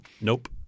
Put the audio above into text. Nope